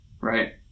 right